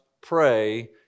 pray